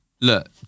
look